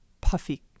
puffy